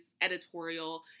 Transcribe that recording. editorial